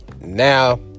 Now